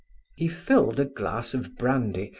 he filled a glass of brandy,